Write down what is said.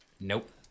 Nope